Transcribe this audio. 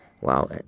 wow